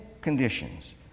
conditions